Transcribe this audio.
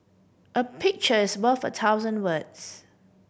a picture is worth a thousand words